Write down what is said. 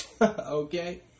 Okay